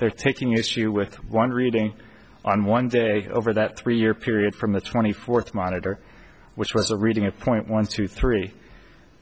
they're taking issue with one reading on one day over that three year period from the twenty fourth monitor which was a reading at point one two three